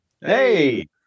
Hey